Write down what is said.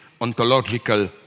ontological